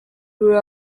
grew